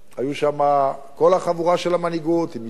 היו שם כל החבורה של המנהיגות, איציק